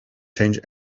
change